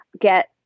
get